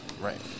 right